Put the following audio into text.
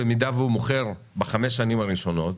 במידה והוא מוכר בחמש השנים הראשונות,